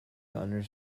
under